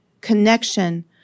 connection